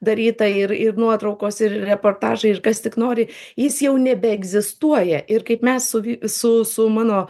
daryta ir ir nuotraukos ir reportažai ir kas tik nori jis jau nebeegzistuoja ir kaip mes su v su su mano